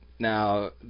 Now